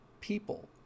people